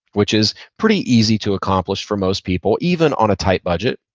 which is pretty easy to accomplish for most people, even on a tight budget.